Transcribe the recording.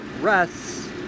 rests